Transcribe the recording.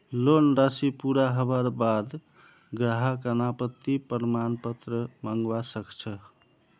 loan राशि पूरा हबार बा द ग्राहक अनापत्ति प्रमाण पत्र मंगवा स ख छ